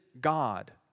God